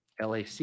LAC